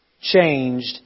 changed